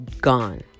gone